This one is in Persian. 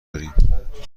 داریم